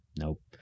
Nope